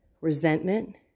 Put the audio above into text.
resentment